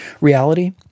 reality